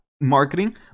marketing